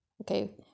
okay